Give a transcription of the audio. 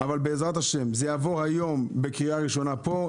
בעזרת השם זה יעבור היום בקריאה הראשונה כאן,